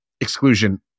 exclusion